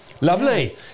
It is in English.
Lovely